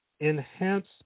enhance